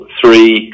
three